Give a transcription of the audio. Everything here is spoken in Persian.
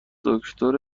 دکتر